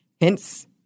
hence